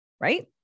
right